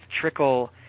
trickle